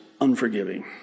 unforgiving